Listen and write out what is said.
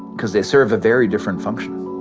because they serve a very different function